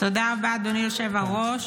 תודה רבה, אדוני היושב-ראש.